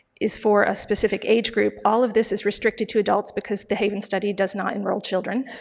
is for a specific age group. all of this is restricted to adults because the haven study does not enroll children.